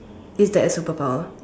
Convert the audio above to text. is that a super power